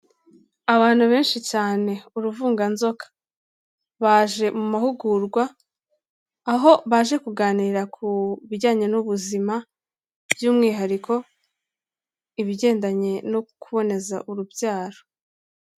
Abantu benshi cyane, uruvunganzoka, baje mu mahugurwa aho baje kuganira ku bijyanye n'ubuzima by'umwihariko ibigendanye no kuboneza urubyaro.